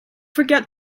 forget